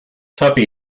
tuppy